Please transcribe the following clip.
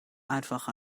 einfach